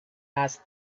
asked